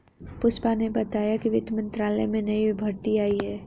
पुष्पा ने बताया कि वित्त मंत्रालय में नई भर्ती आई है